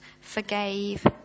forgave